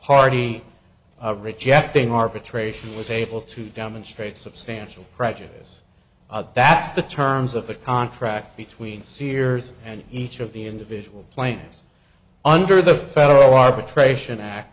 party rejecting arbitration was able to demonstrate substantial prejudiced that's the terms of the contract between sears and each of the individual plans under the fellow arbitration act